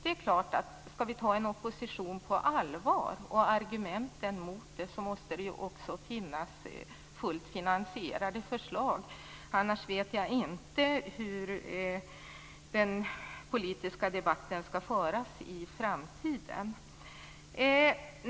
Om vi skall ta oppositionen på allvar, och om vi skall ta argumenten på allvar, är det klart att det måste finnas fullt finansierade förslag - annars vet jag inte hur den politiska debatten skall föras i framtiden.